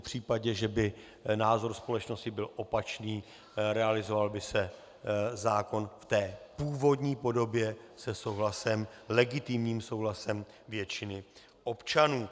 V případě, že by názor společnosti byl opačný, realizoval by se zákon v té původní podobě se souhlasem, s legitimním souhlasem většiny občanů.